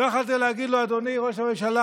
לא יכולתם להגיד לו: אדוני ראש הממשלה,